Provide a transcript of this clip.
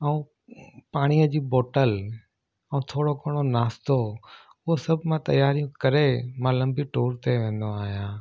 ऐं पाणीअ जी बोटल ऐं थोरो घणो नाश्तो हुओ सभु मां तयारियूं करे मां लंबी टूर ते वेंदो आहियां